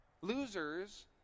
Losers